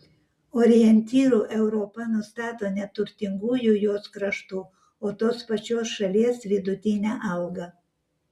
orientyru europa nustato ne turtingųjų jos kraštų o tos pačios šalies vidutinę algą